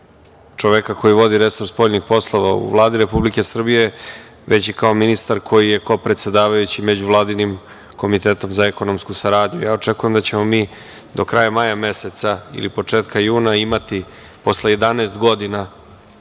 čoveka koji vodi resor spoljnih poslova u Vladi Republike Srbije, već i kao ministar koji je kopredsedavajući Mešovitim vladinim komitetom za ekonomsku saradnju. Očekujem da ćemo do kraja meseca ili početkom juna imati posle 11 godina